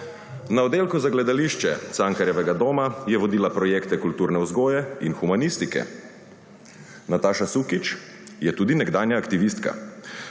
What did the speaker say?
Na oddelku za gledališče Cankarjevega doma je vodila projekte kulturne vzgoje in humanistike. Nataša Sukič je tudi nekdanja aktivistka.